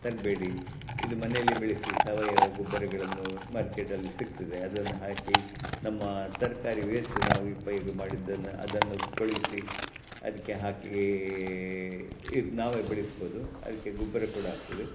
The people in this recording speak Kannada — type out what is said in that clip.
ತರಬೇಡಿ ಇದು ಮನೆಯಲ್ಲಿ ಬೆಳೆಸಿ ಸಾವಯವ ಗೊಬ್ಬರಗಳನ್ನು ಮಾರ್ಕೆಟಲ್ಲಿ ಸಿಗ್ತದೆ ಅದನ್ನು ಹಾಕಿ ನಮ್ಮ ತರಕಾರಿ ವೇಸ್ಟ ನಾವು ಉಪಯೋಗ ಮಾಡಿದ್ದನ್ನು ಅದನ್ನು ಕೊಳೆಯಿಸಿ ಅದಕ್ಕೆ ಹಾಕಿ ಈ ಇದು ನಾವೇ ಬೆಳೆಸ್ಬೋದು ಅದಕ್ಕೆ ಗೊಬ್ಬರ ಕೂಡ ಆಗ್ತದೆ